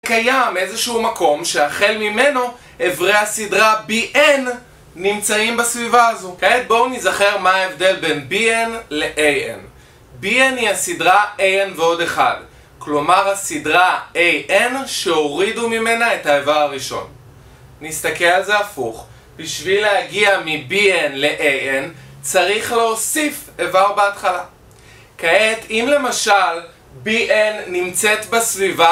קיים איזשהו מקום שהחל ממנו איברי הסדרה BN נמצאים בסביבה הזו. כעת בואו נזכר מה ההבדל בין BN ל-BN .AN היא הסדרה AN ועוד אחד כלומר הסדרה AN שהורידו ממנה את האיבר הראשון. נסתכל על זה הפוך. בשביל להגיע מ-BN ל-AN צריך להוסיף איבר בהתחלה. כעת אם למשל BN נמצאת בסביבה